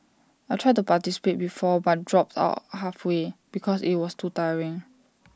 I tried to participate before but dropped out halfway because IT was too tiring